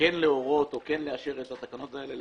וכן להורות או כן לאשר את התקנות האלה.